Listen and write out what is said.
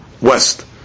west